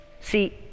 see